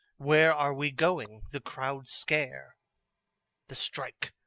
where are we going? the crowd scare the strike,